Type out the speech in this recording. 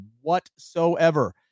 whatsoever